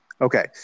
Okay